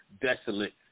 desolate